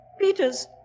Peters